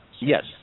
Yes